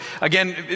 again